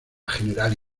general